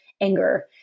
anger